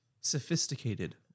sophisticated